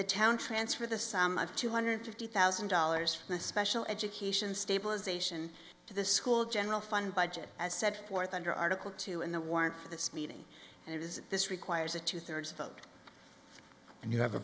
the town transfer the sum of two hundred fifty thousand dollars in a special education stabilization to the school general fund budget as set forth under article two in the warrant for this meeting and it is this requires a two thirds vote and you have a